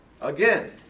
again